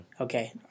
Okay